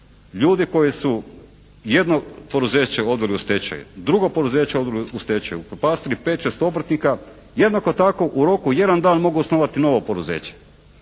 ljude koji su jedno poduzeće odveli u stečaj, drugo poduzeće odveli u stečaj, upropastili 5, 6 obrtnika jednako tako u roku jedan dan mogu osnovati novo poduzeće.